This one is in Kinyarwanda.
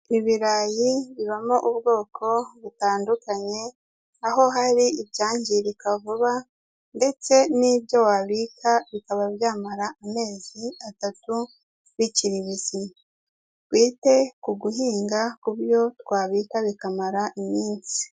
Ibirayi bibamo ubwoko butandukanye, aho hari ibyangirika vuba ndetse n'ibyo wabika bikaba byamara amezi atatu bikiri bizima. Twite ku guhinga ku byo twabika bikamara iminsi.